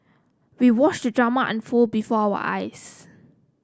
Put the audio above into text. we watched the drama unfold before our eyes